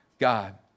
God